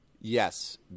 Yes